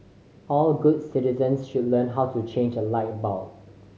all good citizens should learn how to change a light bulb